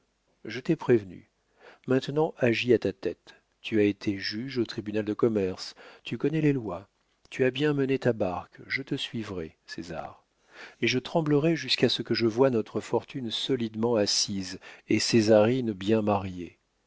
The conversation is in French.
je t'ai prévenu maintenant agis à ta tête tu as été juge au tribunal de commerce tu connais les lois tu as bien mené ta barque je te suivrai césar mais je tremblerai jusqu'à ce que je voie notre fortune solidement assise et césarine bien mariée